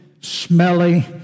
smelly